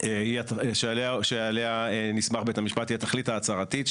התכלית שעליה נסמך בית המשפט היא התכלית ההצהרתית,